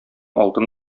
алтын